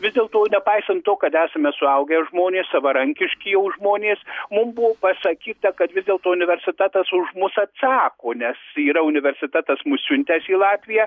vis dėlto nepaisant to kad esame suaugę žmonės savarankiški jau žmonės mum buvo pasakyta kad vis dėlto universitetas už mus atsako nes yra universitetas mus siuntęs į latviją